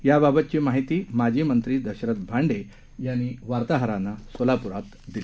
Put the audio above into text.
याबाबतची माहिती माजी मंत्री दशरथ भांडे यांनी वार्ताहरांना सोलापुरात दिली